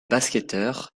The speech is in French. basketteur